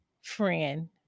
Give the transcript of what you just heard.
friend